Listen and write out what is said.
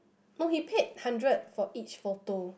oh he pack hundred for each photo